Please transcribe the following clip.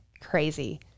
Crazy